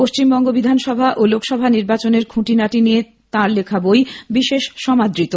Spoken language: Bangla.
পশ্চিমবঙ্গ বিধানসভা ও লোকসভা নির্বাচনের খুঁটিনাটি নিয়ে লেখা তাঁর বই বিশেষ সমাদৃত